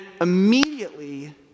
immediately